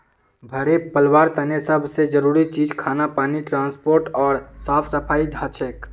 भेड़ पलवार तने सब से जरूरी चीज खाना पानी ट्रांसपोर्ट ओर साफ सफाई हछेक